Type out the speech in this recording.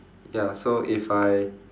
ya so if I